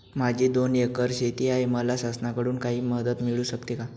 माझी दोन एकर शेती आहे, मला शासनाकडून काही मदत मिळू शकते का?